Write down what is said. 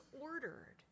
ordered